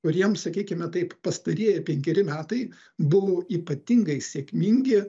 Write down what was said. kuriem sakykime taip pastarieji penkeri metai buvo ypatingai sėkmingi